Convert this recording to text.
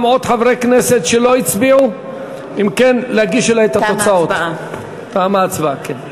אם כן, תמה ההצבעה, להגיש לי את התוצאות.